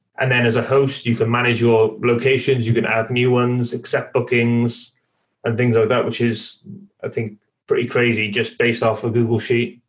and then as a host, you can manage your locations. you can have new ones, accept bookings and things like that, which is i think pretty crazy just based off of google sheet.